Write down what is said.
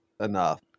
enough